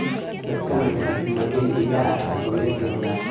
सबसे महीन बिया कवने के होला?